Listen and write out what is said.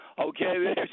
Okay